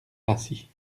rassis